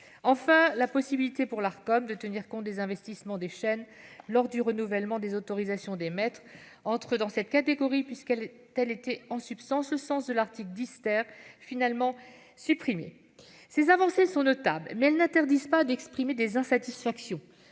Enfin, la possibilité pour l'Arcom de tenir compte des investissements des chaînes lors du renouvellement des autorisations d'émettre entre dans cette catégorie, puisque tel était en substance le sens de l'article 10 , qui a été finalement supprimé. Ces avancées sont notables, mais elles n'interdisent pas d'exprimer des insatisfactions.